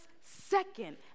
second